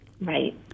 Right